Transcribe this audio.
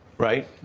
right.